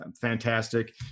fantastic